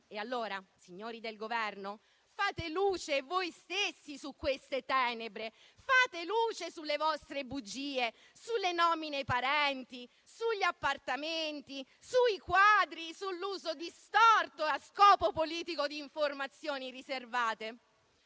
Allora, signori del Governo, fate luce voi stessi su queste tenebre. Fate luce sulle vostre bugie, sulle nomine ai parenti, sugli appartamenti, sui quadri, sull'uso distorto e a scopo politico di informazioni riservate.